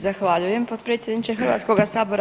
Zahvaljujem potpredsjedniče Hrvatskoga sabora.